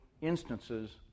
instances